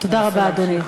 תודה רבה, אדוני.